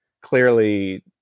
clearly